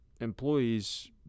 employees